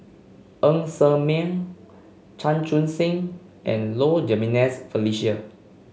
Ng Ser Miang Chan Chun Sing and Low Jimenez Felicia